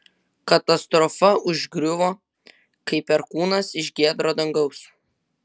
katastrofa užgriuvo kaip perkūnas iš giedro dangaus